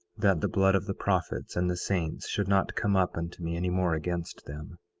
that the blood of the prophets and the saints should not come up unto me any more against them.